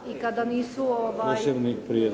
i kada nisu…